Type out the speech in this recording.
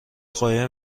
قایم